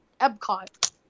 Epcot